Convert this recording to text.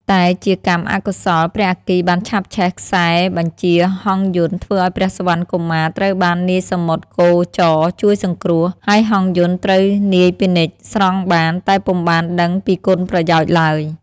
តែជាកម្មអកុសល ព្រះអគ្គីបានឆាបឆេះខ្សែបញ្ជាហង្សយន្ត ធ្វើឱ្យព្រះសុវណ្ណកុមារត្រូវបាននាយសមុទ្រគោចរជួយសង្គ្រោះ ហើយហង្សយន្តត្រូវនាយពាណិជ្ជស្រង់បាន តែពុំបានដឹងពីគុណប្រយោជន៍ឡើយ។